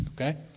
Okay